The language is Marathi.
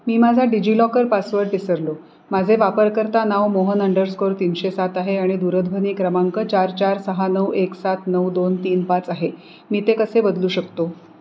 मी माझा डिजि लॉकर पासवर्ड विसरलो माझे वापरकर्ता नाव मोहन अंडरस्कोर तीनशे सात आहे आणि दूरध्वनी क्रमांक चार चार सहा नऊ एक सात नऊ दोन तीन पाच आहे मी ते कसे बदलू शकतो